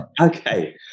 Okay